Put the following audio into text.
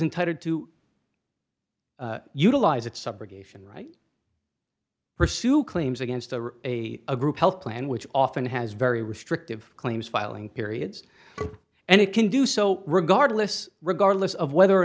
entitled to utilize its subrogation right pursue claims against a a a group health plan which often has very restrictive claims filing periods and it can do so regardless regardless of whether or